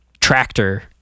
tractor